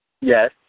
Yes